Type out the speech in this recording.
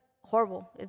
horrible